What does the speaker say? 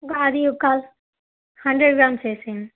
అది ఒక hundred grams వేయండి